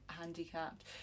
handicapped